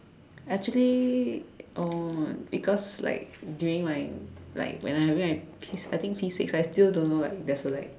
actually oh because like during my like whenever I having my P I think P six I still don't know like there's a like